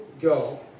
go